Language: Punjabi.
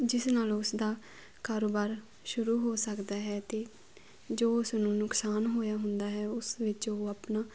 ਜਿਸ ਨਾਲ ਉਸਦਾ ਕਾਰੋਬਾਰ ਸ਼ੁਰੂ ਹੋ ਸਕਦਾ ਹੈ ਅਤੇ ਜੋ ਉਸਨੂੰ ਨੁਕਸਾਨ ਹੋਇਆ ਹੁੰਦਾ ਹੈ ਉਸ ਵਿੱਚ ਉਹ ਆਪਣਾ